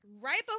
Right